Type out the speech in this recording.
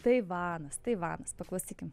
taivanas taivanas paklausykim